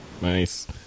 Nice